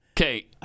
Okay